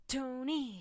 Tony